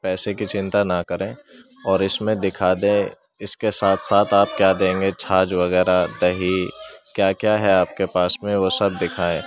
پیسہ کی چنتا نہ کریں اور اس میں دکھادیں اس کے ساتھ ساتھ آپ کیا دیں گے چھاچھ وغیرہ دہی کیا کیا ہے آپ کے پاس میں وہ سب دکھائیں